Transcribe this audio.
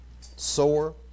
sore